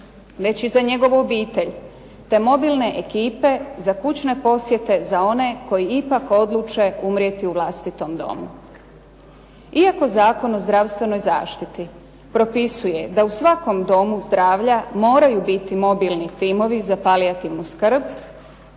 već i za njegovu obitelj, te mobilne ekipe za kućne posjete za one koji ipak odluče umrijeti u vlastitom domu. Iako Zakon o zdravstvenoj zaštiti propisuje da u svakom domu zdravlja moraju biti mobilni timovi za palijativnu skrb